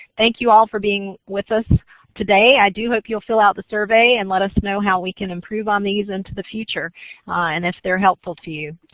thank you all for being with us today. i hope you'll fill out the survey and let us know how we can improve on these into the future and if they're helpful to you.